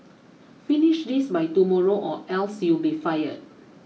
finish this by tomorrow or else you'll be fired